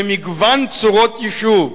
במגוון צורות יישוב.